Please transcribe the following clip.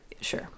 Sure